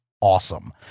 awesome